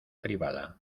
privada